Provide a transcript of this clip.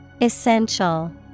Essential